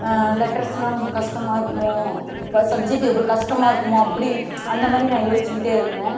லெட்டர்ஸ்னால் கொஞ்சம் கஷ்டமா இருக்குமோ வேற சப்ஜெக்ட் எதோ கஷ்டமா இருக்குமோ அப்படி அந்த மாதிரி நான் யோசிச்சிகிட்டே இருந்தேன்